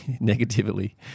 negatively